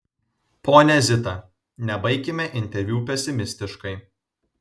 ponia zita nebaikime interviu pesimistiškai